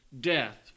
death